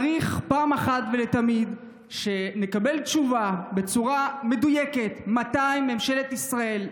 צריך פעם אחת ולתמיד שנקבל תשובה בצורה מדויקת: מתי ממשלת ישראל,